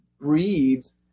breeds